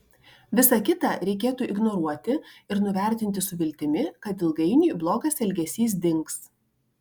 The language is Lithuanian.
visa kita reikėtų ignoruoti ir nuvertinti su viltimi kad ilgainiui blogas elgesys dings